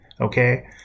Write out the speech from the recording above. okay